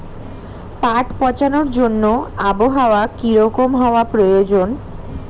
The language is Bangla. পাট পচানোর জন্য আবহাওয়া কী রকম হওয়ার প্রয়োজন?